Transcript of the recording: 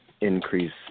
increase